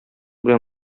белән